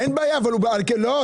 לא,